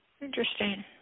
Interesting